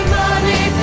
money